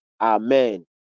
Amen